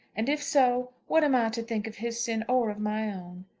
and if so, what am i to think of his sin, or of my own?